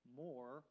more